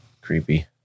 creepy